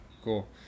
cool